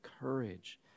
courage